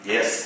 Yes